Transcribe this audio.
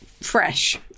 fresh